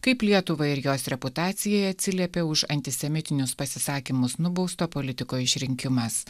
kaip lietuvai ir jos reputacijai atsiliepė už antisemitinius pasisakymus nubausto politiko išrinkimas